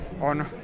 on